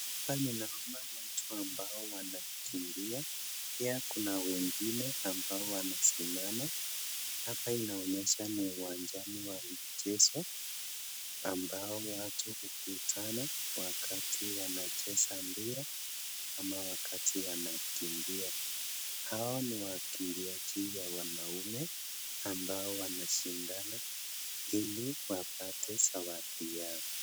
Hapa ninaona watu ambao wanakimbia. Pia Kuna wengine ambao wanasimama. Hapa inaonyesha uwanjani wa mchezo ambao watu hukutana wakati wanacheza mpira ama wakati wanakimbia .Hao ni wakimbiaji wanaume ambao wanashindana ili wapate zawadi yao.